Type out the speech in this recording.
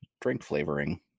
drink-flavoring